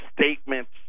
statements